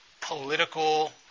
political